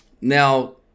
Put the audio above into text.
Now